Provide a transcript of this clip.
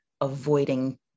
avoiding